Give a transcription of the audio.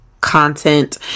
content